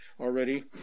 already